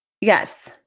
Yes